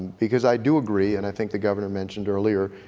because i do agree, and i think the governor mentioned earlier,